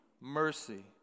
mercy